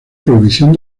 prohibición